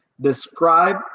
describe